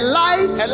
light